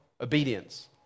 obedience